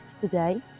today